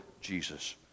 Jesus